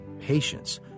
patience